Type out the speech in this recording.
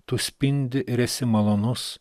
tu spindi ir esi malonus